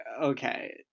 Okay